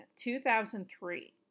2003